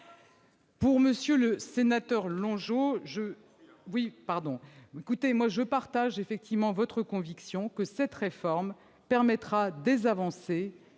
Monsieur le sénateur Longeot, je partage votre conviction que cette réforme permettra des avancées